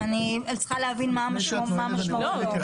אני צריכה להבין מה המשמעות של זה.